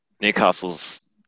Newcastle's